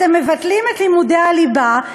אתם מבטלים את לימודי הליבה,